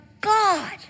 God